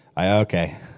okay